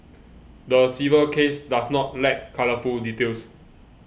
the civil case does not lack colourful details